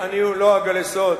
לא אגלה סוד,